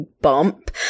bump